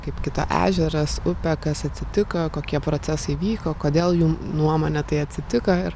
kaip kito ežeras upė kas atsitiko kokie procesai vyko kodėl jų nuomone tai atsitiko ir